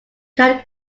can